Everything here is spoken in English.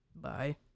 Bye